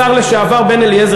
השר לשעבר בן-אליעזר,